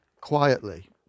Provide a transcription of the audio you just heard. quietly